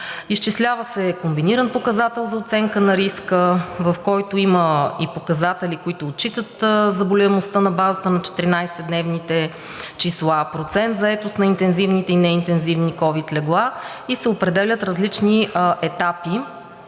изчислява се комбиниран показател за оценка на риска, в който има и показатели, които отчитат заболеваемостта на базата на 14-дневните числа, процент заетост на интензивните и неинтензивните ковид легла и се определят различни етапи,